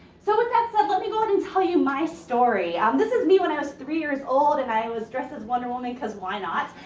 so, with that said, let me go ahead and and tell you my story. um this is me when i was three years old and i was dressed as wonder woman cause why not?